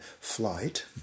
flight